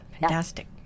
fantastic